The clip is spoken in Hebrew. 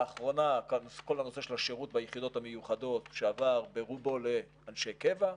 לאחרונה כל הנושא של השירות ביחידות המיוחדות שעבר ברובו לאנשי קבע.